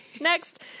next